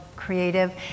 creative